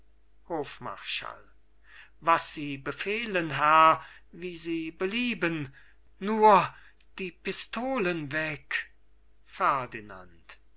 hofmarschall was sie befehlen herr wie sie belieben nur die pistolen weg